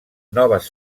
noves